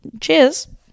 cheers